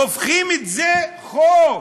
הופכים את זה לחוק,